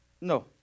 No